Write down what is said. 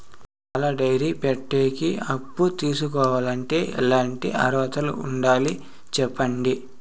పాల డైరీ పెట్టేకి అప్పు తీసుకోవాలంటే ఎట్లాంటి అర్హతలు ఉండాలి సెప్పండి?